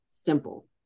simple